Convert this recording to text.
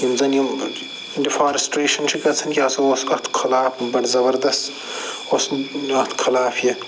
یِم زَن یِم ڈِفاریسٹرٛیشَن چھِ گَژھان یہِ ہَسا اوس اتھ خلاف بَڑٕ زبردس اوس اَتھ خلاف یہِ